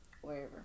Wherever